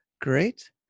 great